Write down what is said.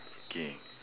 K